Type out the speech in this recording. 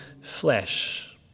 flesh